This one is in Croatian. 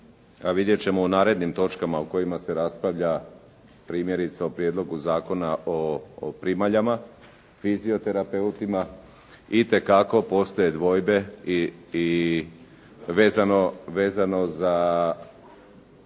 vidjeti ćemo u narednim točkama u kojima se raspravlja primjerice o prijedlogu Zakona o primaljama, fizioterapeutima itekako postoje dvojbe i vezano za